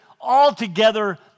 altogether